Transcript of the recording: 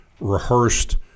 Rehearsed